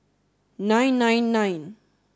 nine nine nine